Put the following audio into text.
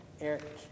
Eric